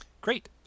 Great